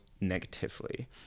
negatively